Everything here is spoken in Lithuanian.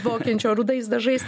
dvokiančio rudais dažais